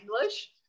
English